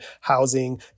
housing